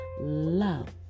love